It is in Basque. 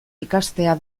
ikastea